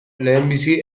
lehenbizi